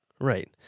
Right